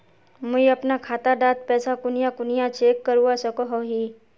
मुई अपना खाता डात पैसा कुनियाँ कुनियाँ चेक करवा सकोहो ही?